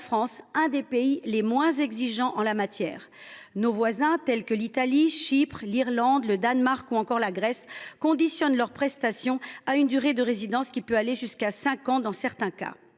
reste l’un des pays les moins exigeants en la matière. Nos voisins tels que l’Italie, Chypre, l’Irlande, le Danemark ou encore la Grèce conditionnent le versement de leurs prestations à une durée de résidence qui peut aller, dans certains cas,